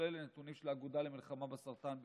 כל אלה נתונים של האגודה למלחמה בסרטן בישראל.